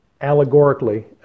Allegorically